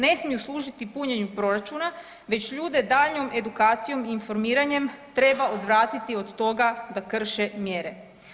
Ne smiju služiti punjenju proračuna već ljude daljnjom edukacijom i informiranjem treba odvratiti od toga da krše mjere.